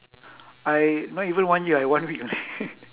I not even one year I one week only